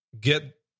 get